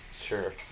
sure